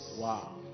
Wow